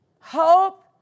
Hope